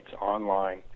online